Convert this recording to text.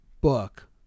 book